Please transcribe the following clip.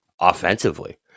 offensively